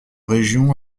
régions